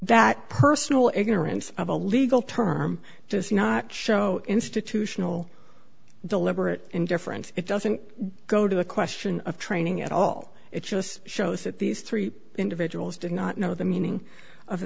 that personal ignorance of a legal term does not show institutional deliberate indifference it doesn't go to the question of training at all it just shows that these three individuals did not know the meaning of